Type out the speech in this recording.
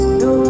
no